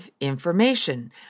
information